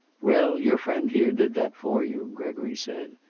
well, your friend here did that for you, gregory said,